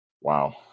Wow